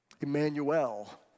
Emmanuel